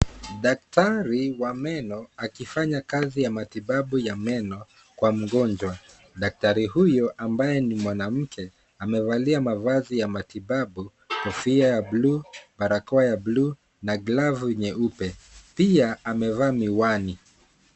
Daktari wa meno akifanya kazi ya matibabu ya meno kwa mgonjwa. Daktari huyo ambaye ni mwanamke amevalia mavazi ya matibabu kofia ya buluu, barakoa ya buluu na glavu nyeupe. Pia amevaa miwani.